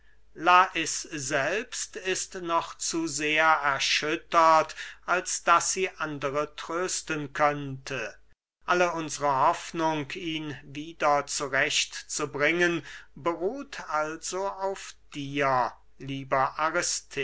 lais selbst ist noch zu sehr erschüttert als daß sie andre trösten könnte alle unsre hoffnung ihn wieder zu recht zu bringen beruht also auf dir lieber